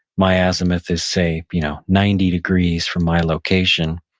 my azimuth is say you know ninety degrees from my location.